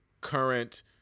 current